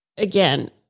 Again